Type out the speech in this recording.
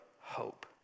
hope